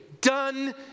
Done